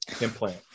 implant